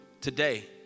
today